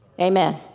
Amen